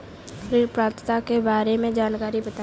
ऋण पात्रता के बारे में जानकारी बताएँ?